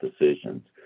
decisions